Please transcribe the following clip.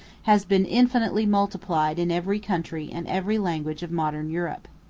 has been infinitely multiplied in every country and every language of modern europe.